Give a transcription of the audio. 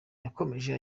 yakomeje